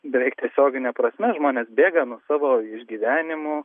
beveik tiesiogine prasme žmonės bėga nuo savo išgyvenimo